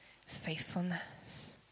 faithfulness